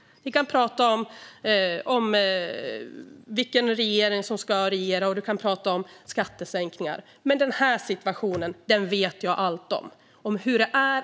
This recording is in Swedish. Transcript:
Vi kan prata om vilken regering som ska regera och om skattesänkningar, men den situationen vet jag allt om.